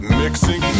mixing